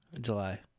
July